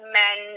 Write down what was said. men